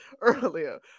earlier